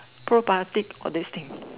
pro biotic all these things